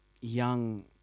young